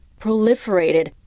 proliferated